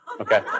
Okay